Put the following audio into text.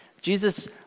Jesus